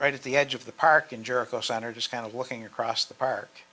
right at the edge of the park in jerko center just kind of walking across the park